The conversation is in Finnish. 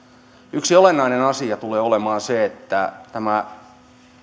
yksi olennainen asia tulee olemaan se että tämä